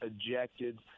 ejected